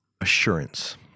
assurance